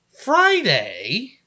Friday